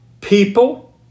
people